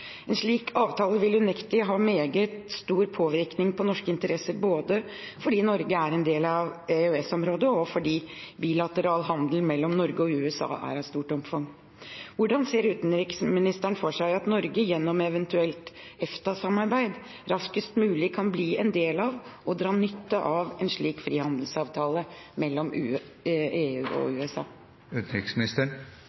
En slik avtale vil unektelig ha meget stor påvirkning på norske interesser, både fordi Norge er en del av EØS-området og fordi bilateral handel mellom Norge og USA har et stort omfang. Hvordan ser utenriksministeren for seg at Norge gjennom et eventuelt EFTA-samarbeid raskest mulig kan bli en del av og dra nytte av en slik frihandelsavtale mellom EU og